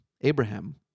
Abraham